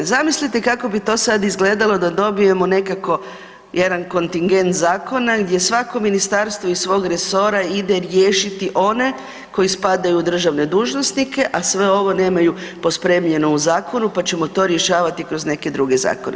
Zamislite kako bi to sad izgledalo da dobijemo nekako jedan kontigent zakona gdje svako ministarstvo iz svog resora ide riješiti one koji spadaju u državne dužnosnike a sve ovo nemaju pospremljeno u zakonu pa ćemo to rješavati kroz neke druge zakone.